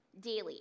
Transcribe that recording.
daily